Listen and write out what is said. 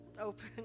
open